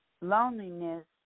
Loneliness